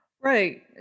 Right